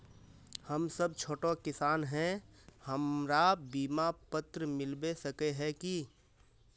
हम सब छोटो किसान है हमरा बिमा पात्र मिलबे सके है की?